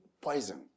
poison